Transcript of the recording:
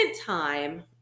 time